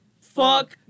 Fuck